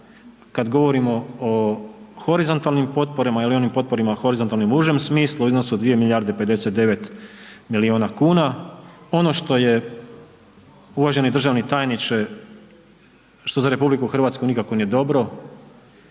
kad govorimo o horizontalnim ili onim potporama horizontalnim u užem smislu u iznosu od 2,59 miliona kuna, ono što je uvaženi državni tajniče što za RH nikako nije dobro,